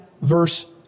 verse